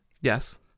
Yes